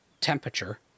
temperature